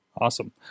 Awesome